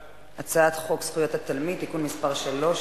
הצעת חוק זכויות התלמיד (תיקון מס' 3),